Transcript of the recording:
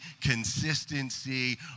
consistency